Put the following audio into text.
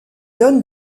donne